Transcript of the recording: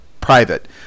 private